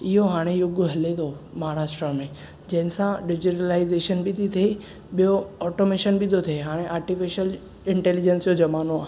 इहो हाणे युग हले थो महाराष्ट्र में जंहिं सां डिजिटलाइज़ेशन बि थी थिए ॿियो ऑटोमेशन बि थो थिए हाणे आर्टिफिशल इन्टेलिजेन्स जो ज़मानो आहे